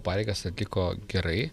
pareigas atliko gerai